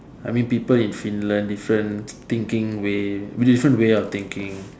I mean people in Finland different thinking way different way of thinking